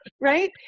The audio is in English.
Right